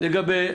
לגבי